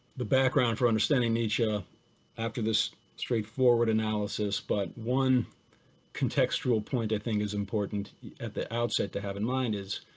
the background for understanding nietzsche after this straightforward analysis but one contextual point i think is important at the outset to have in mind is,